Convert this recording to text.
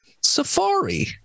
safari